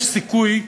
יש סיכוי,